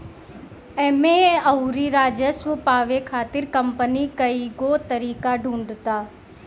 एमे अउरी राजस्व पावे खातिर कंपनी कईगो तरीका ढूंढ़ता